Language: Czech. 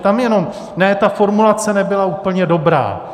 Tam jenom: Ne, ta formulace nebyla úplně dobrá.